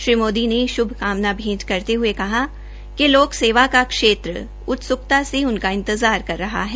श्री मोदी ने श्भकामना भेंट करते हये कहा कि लोक सेवा का क्षेत्र उत्सुकता से उनका इंतजार कर रहा है